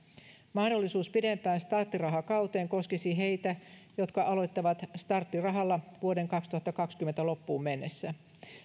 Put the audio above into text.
mahdollisuus pidempään starttirahakauteen koskisi heitä jotka aloittavat starttirahalla vuoden kaksituhattakaksikymmentä loppuun mennessä